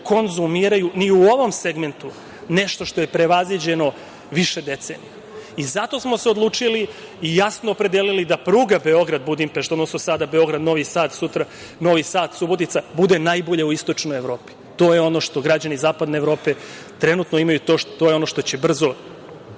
konzumiraju, ni u ovom segmentu, nešto što je prevaziđeno više decenija. Zato smo se odlučili i jasno opredelili da pruga Beograd-Budimpešta, odnosno sada Beograd-Novi Sad, sutra Novi Sad-Subotica, bude najbolja u istočnoj Evropi. To je ono što građani zapadne Evrope trenutno imaju, to je ono što će vrlo